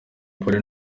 polly